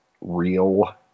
real